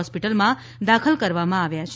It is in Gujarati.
હોસ્પીટલમાં દાખલ કરવામાં આવ્યા છે